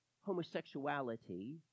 homosexuality